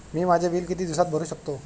मी माझे बिल किती दिवसांत भरू शकतो?